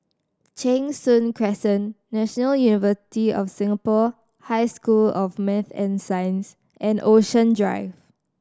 Cheng Soon Crescent National University of Singapore High School of Maths and Science and Ocean Drive